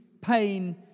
pain